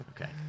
Okay